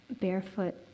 barefoot